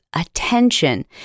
attention